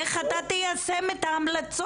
איך אתה תיישם את ההמלצות?